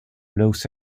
los